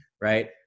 right